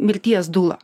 mirties dula